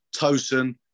Tosin